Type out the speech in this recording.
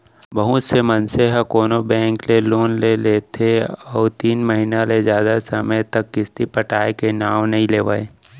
बहुत से मनसे ह कोनो बेंक ले लोन ले लेथे अउ तीन महिना ले जादा समे तक किस्ती पटाय के नांव नइ लेवय